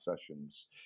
sessions